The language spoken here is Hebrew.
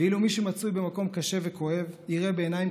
ואילו מי שמצוי במקום קשה וכואב יראה בעיניים